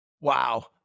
Wow